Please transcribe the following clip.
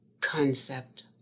concept